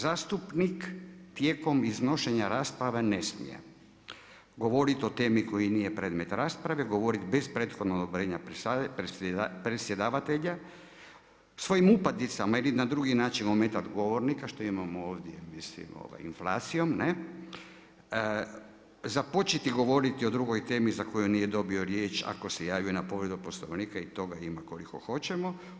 Zastupnik tijekom iznošenja rasprava ne smije, govoriti o temi koja nije predmet rasprave, govoriti bez prethodnog odobrenja predsjedavatelja, svojim upadicama ili na drugi način ometati govornika, što imamo ovdje … započeti govoriti o drugoj temi, za koju nije dobio riječ ako se javio na povredu Poslovnika i toga ima koliko hoćemo.